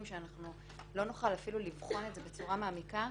שאנחנו לא נוכל לבחון את זה בצורה מעמיקה,